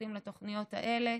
מפוקסים על התוכניות האלה,